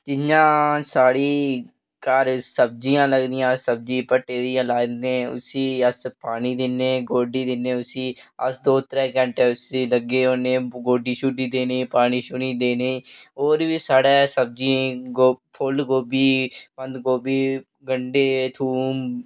जि'यां साढ़े घर सब्जियां लगदियां सब्जियां किट्ठे होइयै लांदे उसी अस पानी दिन्ने गोड्डी दिंदे उसी अस दो त्रैऽ घैंटे उसी गोड्डी शोड्डी देने ई पानी शुनी देने होर बी साढ़ै सब्जियां फुल गोभी बंद गोभी गंढे थूम